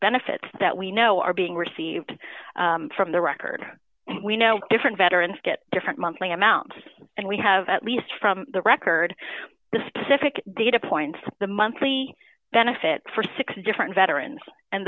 benefits that we know are being received from the record we know different veterans get different monthly amount and we have at least from the record the specific data points to the monthly benefit for six different veterans and